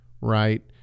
right